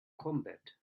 combat